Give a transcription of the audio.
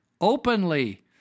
openly